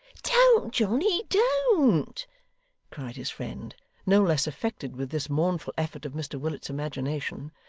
don't, johnny, don't cried his friend no less affected with this mournful effort of mr willet's imagination,